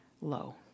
low